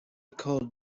cold